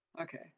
Okay